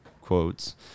quotes